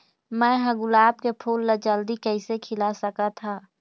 मैं ह गुलाब के फूल ला जल्दी कइसे खिला सकथ हा?